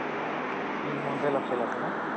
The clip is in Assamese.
কি মডেল আছিল আপোনাৰ